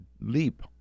leap